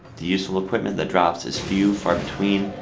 the useful equipment that drops is few, far between,